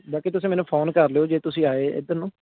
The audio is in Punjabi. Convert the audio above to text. ਬਾਕੀ ਤੁਸੀਂ ਮੈਨੂੰ ਫੋਨ ਕਰ ਲਿਓ ਜੇ ਤੁਸੀਂ ਆਏ ਇਧਰ ਨੂੰ